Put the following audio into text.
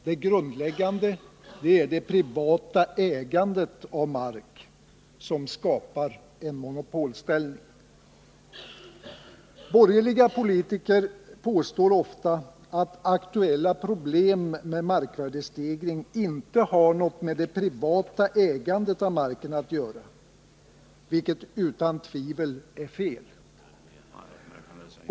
Det grundläggande är det privata ägandet av mark, som skapar en monopolställning. Borgerliga politiker påstår ofta att aktuella problem med markvärdestegring inte har något med det privata ägandet av marken att göra, vilket utan tvivel är fel.